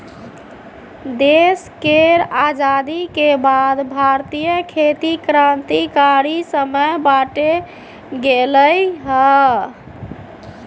देश केर आजादी के बाद भारतीय खेती क्रांतिकारी समय बाटे गेलइ हँ